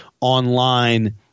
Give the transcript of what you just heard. online